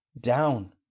down